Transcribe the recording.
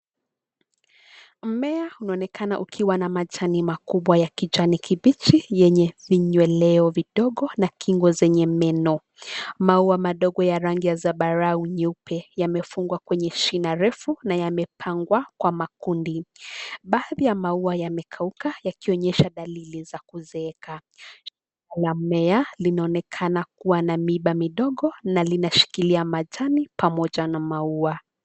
Mmea unaonekana ukiwa na majani makubwa ya kijani kibichi yenye vinyweleo vidogo na kingo zenye meno. Maua madogo ya rangi ya zambarau nyeupe yamefungwa kwenye shina refu na yamepangwa kwa makundi. Baadhi ya maua yamekauka, yakionyesha dalili za kuzeeka. Shina la mmea linaonekana kuwa na mwiba midogo na linashikilia majani pamoja na maua.